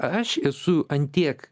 aš esu ant tiek